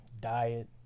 diet